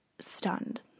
stunned